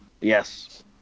Yes